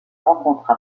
rencontre